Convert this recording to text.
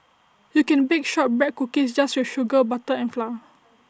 you can bake Shortbread Cookies just with sugar butter and flour